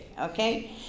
okay